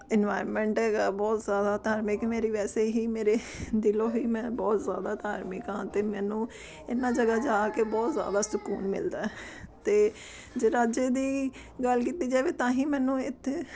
environment ਹੈਗਾ ਬਹੁਤ ਜ਼ਿਆਦਾ ਧਾਰਮਿਕ ਮੇਰੀ ਵੈਸੇ ਹੀ ਮੇਰੇ ਦਿਲੋਂ ਹੀ ਮੈਂ ਬਹੁਤ ਜ਼ਿਆਦਾ ਧਾਰਮਿਕ ਹਾਂ ਅਤੇ ਮੈਨੂੰ ਇਹਨਾਂ ਜਗ੍ਹਾ ਜਾ ਕੇ ਬਹੁਤ ਜ਼ਿਆਦਾ ਸਕੂਨ ਮਿਲਦਾ ਅਤੇ ਜੇ ਰਾਜੇਯ ਦੀ ਗੱਲ ਕੀਤੀ ਜਾਵੇ ਤਾਂ ਹੀ ਮੈਨੂੰ ਇੱਥੇ